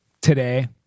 today